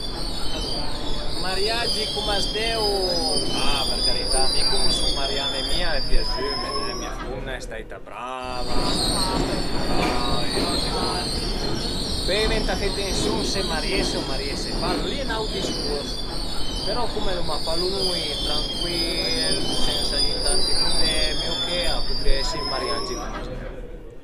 Alura ën mariagi cum a s'deu, a për carità, mi cume sun mariame mi al e piazüme, mia fumna al e staita brava, sue amize a sun staite brave, tüte cuanti, pöi venta fe atansiun se mariese u mariese pa, lon li al e n'aut discurs però cume l'uma falu nui, trancuil, sensa tanti prublemi o che a pudrìa esi ën mariagi cum a s'deu